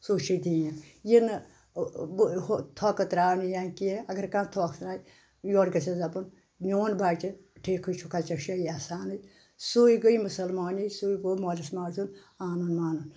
سُے چھُ دیٖن یہِ نہٕ بہٕ ہُہ تھۄکہٕ ترٛاونہٕ یا کینٛہہ اگر کانٛہہ تھۄکھ ترٛاوِ یورٕ گژھؠس دَپُن میون بَچہِ ٹھیٖکٕے چھُکھ ژٕ چھُ یا احسانٕے سُے گٔے مُسلمانٕے سُے گوٚو مولس ماجُن اَنُن مانُن